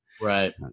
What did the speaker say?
Right